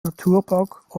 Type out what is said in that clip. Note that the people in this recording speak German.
naturpark